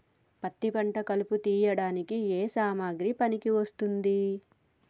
పత్తి పంట కలుపు తీయడానికి ఏ సామాగ్రి పనికి వస్తుంది?